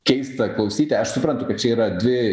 keista klausyti aš suprantu kad čia yra dvi